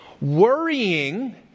Worrying